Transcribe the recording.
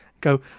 go